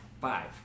five